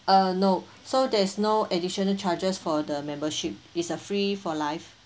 uh no so there is no additional charges for the membership is a free for life